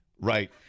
Right